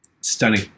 stunning